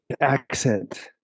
accent